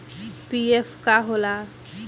PF का होला?